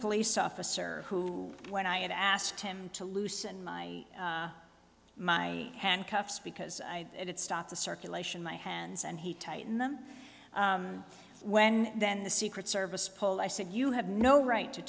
police officer who when i asked him to loosen my my handcuffs because i it stopped the circulation my hands and he tightened them when then the secret service pull i said you have no right to